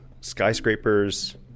skyscrapers